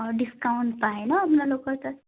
অঁ ডিছকাউণ্ট পায় ন আপোনালোকৰ তাত